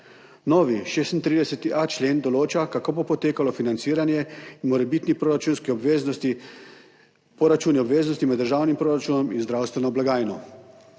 Novi 36.a člen določa, kako bo potekalo financiranje in morebitni poračuni obveznosti med državnim proračunom in zdravstveno blagajno.